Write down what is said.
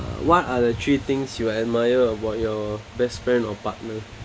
what are the three things you admire about your best friend or partner